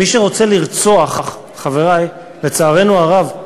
מי שרוצה לרצוח, חברי, לצערנו הרב,